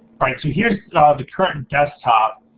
right. so here's the current and desktop.